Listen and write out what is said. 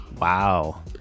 wow